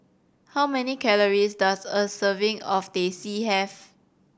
how many calories does a serving of Teh C have